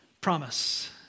promise